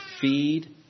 feed